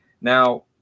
Now